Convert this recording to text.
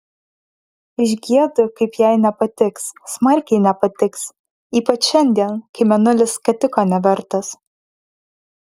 išgiedu kaip jai nepatiks smarkiai nepatiks ypač šiandien kai mėnulis skatiko nevertas